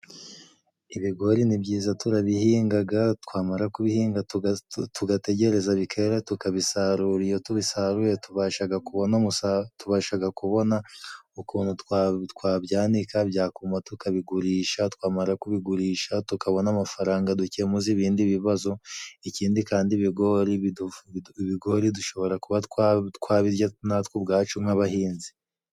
Ibigori ni byiza turabihingaga twamara kubihinga tugategereza bikera tukabisaru iyo tubisaruye tubashaga tubasha kubona ukuntu twabika byatumama tukabigurisha twamara kubigurisha tukabona amafaranga dukemuza ibindi bibazo ikindi kandi ibigori budu ibigori dushobora kuba twabirya natwe ubwacu nk'abahinzi.